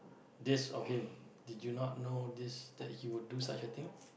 this of him did you not know this that he would do such a thing